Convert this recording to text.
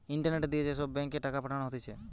internet দিয়ে যে সব ব্যাঙ্ক এ টাকা পাঠানো হতিছে